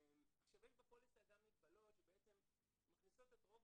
יש בפוליסה גם מגבלות שמכניסות את רוב